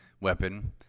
weapon